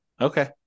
Okay